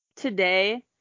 Today